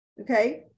okay